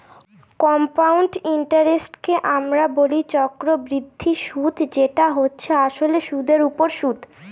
compound ইন্টারেস্টকে আমরা বলি চক্রবৃদ্ধি সুদ যেটা হচ্ছে আসলে সুধের ওপর সুদ